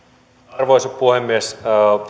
arvoisa puhemies